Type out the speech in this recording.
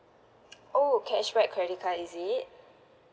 oh cashback credit card is it